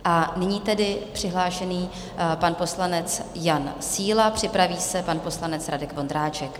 A nyní tedy přihlášený pan poslanec Jan Síla, připraví se pan poslanec Radek Vondráček.